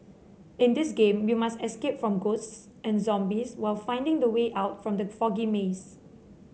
in this game you must escape from ghosts and zombies while finding the way out from the foggy maze